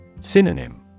Synonym